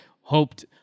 hoped